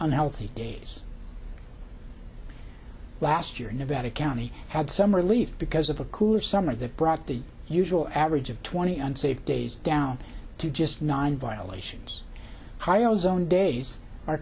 unhealthy days last year nevada county had some relief because of a cooler summer that brought the usual average of twenty unsafe days down to just nine violations high ozone days are